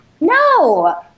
No